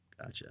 Gotcha